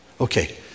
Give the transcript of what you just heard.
Okay